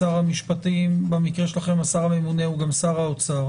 את שר המשפטים במקרה שלכם השר הממונה הוא גם שר האוצר